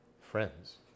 friends